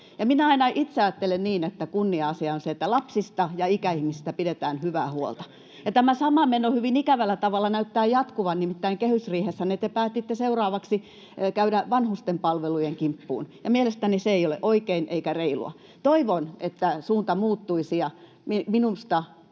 minä aina itse ajattelen niin, että on kunnia-asia, että lapsista ja ikäihmisistä pidetään hyvää huolta. Tämä sama meno hyvin ikävällä tavalla näyttää jatkuvan — nimittäin kehysriihessänne te päätitte seuraavaksi käydä vanhustenpalvelujen kimppuun, ja mielestäni se ei ole oikein eikä reilua. Toivon, että suunta muuttuisi, ja minusta,